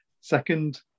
second